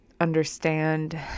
understand